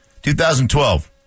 2012